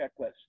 checklist